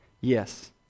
yes